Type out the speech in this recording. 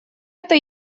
это